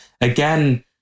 again